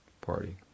party